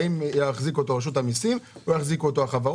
האם תחזיק אותו רשות המיסים או החברות.